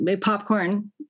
popcorn